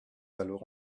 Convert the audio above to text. alors